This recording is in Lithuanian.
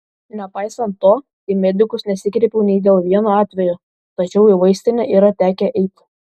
nepaisant to į medikus nesikreipiau nei dėl vieno atvejo tačiau į vaistinę yra tekę eiti